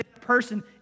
person